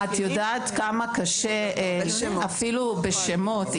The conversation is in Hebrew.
את יודעת כמה קשה אפילו בשמות.